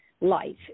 life